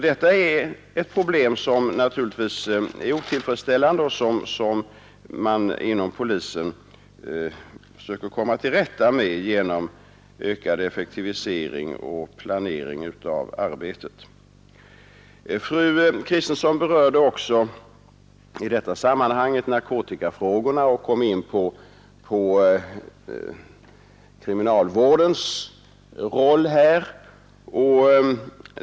Detta är en situation som naturligtvis är otillfredsställande och som man inom polisen söker komma till rätta med genom ökad effektivisering och planering av arbetet. Fru Kristensson berörde också i detta sammanhang narkotikafrågorna och kom in på kriminalvårdens roll.